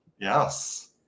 Yes